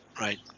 right